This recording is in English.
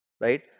right